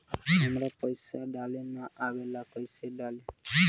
हमरा पईसा डाले ना आवेला कइसे डाली?